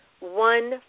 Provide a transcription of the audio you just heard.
One